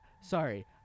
Sorry